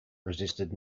resisted